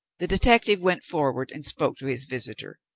the detective went forward and spoke to his visitor.